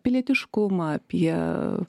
pilietiškumą apie